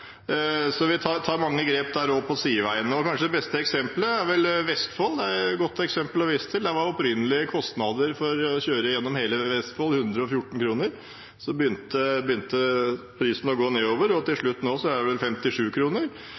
så vi tar mange grep også på sideveiene. Det beste eksemplet er vel Vestfold – det er et godt eksempel å vise til. Der var de opprinnelige kostnadene for å kjøre gjennom hele Vestfold 114 kr. Så begynte prisen å gå nedover og er vel nå 57 kr. Man tar grep, som lavere rente og lengre nedbetalingstid, og da har man også mulighet til